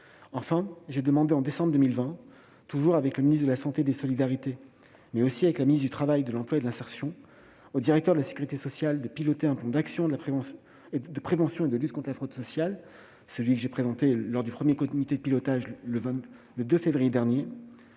Enfin, j'ai demandé en décembre 2020, toujours avec le ministre des solidarités et de la santé, mais aussi avec la ministre du travail, de l'emploi et de l'insertion, au directeur de la sécurité sociale de piloter le plan d'action, de prévention et de lutte contre la fraude sociale que j'ai présenté lors du premier comité de pilotage le 2 février dernier.